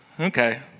Okay